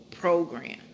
program